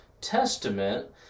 Testament